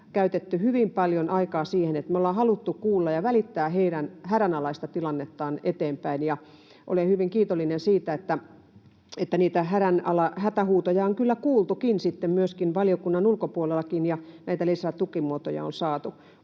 käytetty hyvin paljon aikaa siihen, että me ollaan haluttu kuulla heidän hädänalaista tilannettaan ja välittää tietoa eteenpäin. Olen hyvin kiitollinen siitä, että niitä hätähuutoja on kyllä kuultukin, myöskin valiokunnan ulkopuolella, ja näitä lisätukimuotoja on saatu.